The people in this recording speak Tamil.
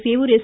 சேவூர் எஸ்